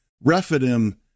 Rephidim